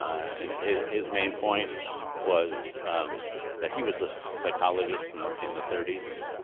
and his his main point was that he was a psychologist and in the thirty s